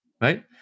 right